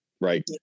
Right